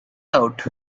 out